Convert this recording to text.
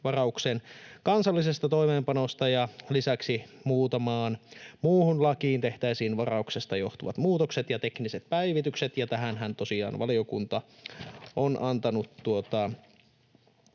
kansallisesta toimeenpanosta, ja lisäksi muutamaan muuhun lakiin tehtäisiin varauksesta johtuvat muutokset ja tekniset päivitykset. Tähänhän tosiaan valiokunta on antanut...